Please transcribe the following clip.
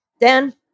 Dan